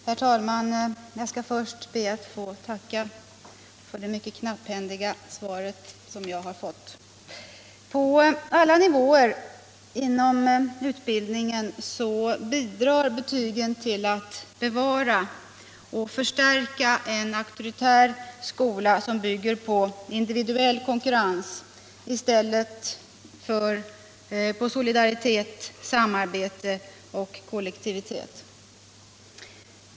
Herr talman! Jag skall först be att få tacka för det mycket knapphändiga svar jag fått. På alla nivåer inom utbildningen bidrar betygen till att bevara och förstärka en auktoritär skola som bygger på individuell konkurrens i stället för på solidaritet, samarbete och kollektivitet.